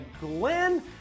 Glen